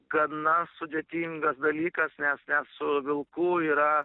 gana sudėtingas dalykas nes nes su vilku yra